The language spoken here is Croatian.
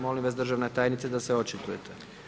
Molim vas državna tajnice da se očitujete.